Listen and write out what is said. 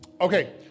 Okay